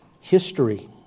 history